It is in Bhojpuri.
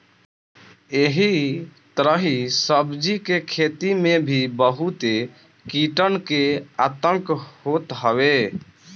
एही तरही सब्जी के खेती में भी बहुते कीटन के आतंक होत हवे